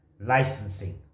licensing